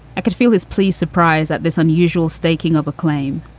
i could feel his please surprise at this unusual staking of a claim.